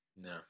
No